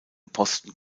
posten